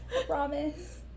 promise